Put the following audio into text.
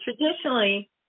traditionally